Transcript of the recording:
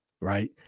right